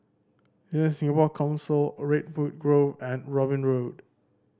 DesignSingapore Council Redwood Grove and Robin Road